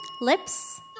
Lips